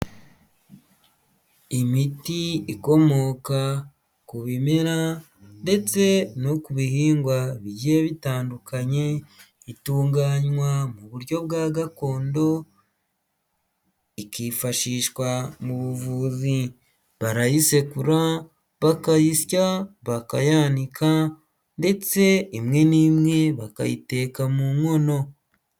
Imiti ikomoka ku bimera ndetse no ku bihingwa bigiye bitandukanye, itunganywa mu buryo bwa gakondo, ikifashishwa mu buvuzi. Barayisekura, bakayisya bakayanika ndetse imwe n'imwe bakayiteka mu nkono.